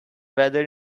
weather